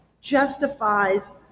justifies